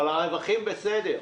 אבל הרווחים בסדר.